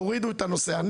תורידו את הנושא הזה,